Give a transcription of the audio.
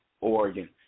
Oregon